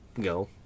go